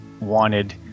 wanted